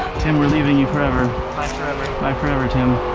tim, we're leaving you forever. bye forever. bye forever, tim.